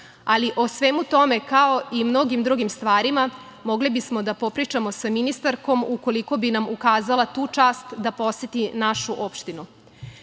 ali o svemu tome, kao i o mnogim drugim stvarima, mogli bismo da popričamo sa ministarkom, ukoliko bi nam ukazala tu čast da poseti našu opštinu. Država